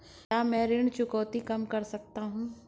क्या मैं ऋण चुकौती कम कर सकता हूँ?